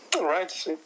right